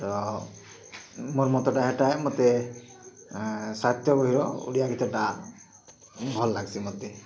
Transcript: ତ ମୋର୍ ମତଟା ହେଟା ମତେ ସାହିତ୍ୟ ବହିର ଓଡ଼ିଆ ଗୀତଟା ଭଲ୍ ଲାଗ୍ସି ମତେ